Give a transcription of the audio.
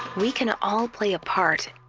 we can all play a part.